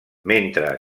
mentre